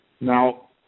now